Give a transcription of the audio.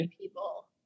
people